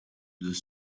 deux